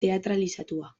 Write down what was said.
teatralizatua